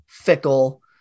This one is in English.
Fickle